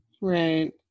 Right